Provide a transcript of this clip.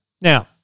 Now